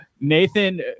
Nathan